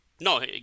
No